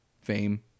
fame